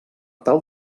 tal